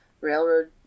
railroad